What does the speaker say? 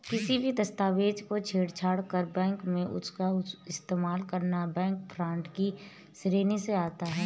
किसी भी दस्तावेज से छेड़छाड़ कर बैंक में उसका इस्तेमाल करना बैंक फ्रॉड की श्रेणी में आता है